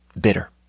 bitter